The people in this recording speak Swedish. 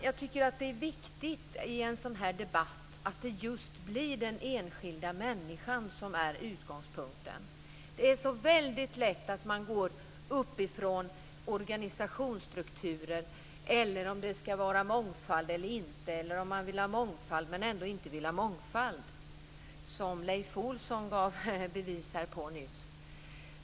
Jag tycker att det är viktigt att den enskilda människan blir utgångspunkten i en sådan här debatt. Det är väldigt lätt att man diskuterar utifrån organisationsstrukturer eller om det ska vara mångfald eller inte. Eller om man vill ha mångfald men ändå inte vill ha mångfald, som Rolf Olsson gav bevis på här nyss.